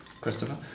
Christopher